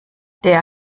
der